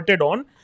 on